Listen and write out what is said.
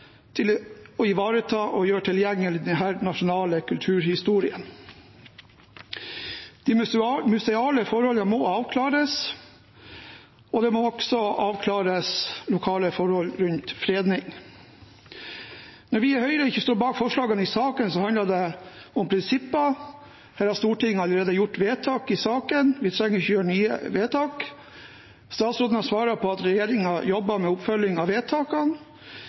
til å ivareta og gjøre tilgjengelig denne nasjonale kulturhistorien. De museale forholdene må avklares, og lokale forhold rundt fredning må også avklares. Når vi i Høyre ikke står bak forslagene i saken, handler det om prinsipper. Her har Stortinget allerede gjort vedtak i saken. Vi trenger ikke å gjøre nye vedtak. Statsråden har svart at regjeringen jobber med oppfølging av vedtakene.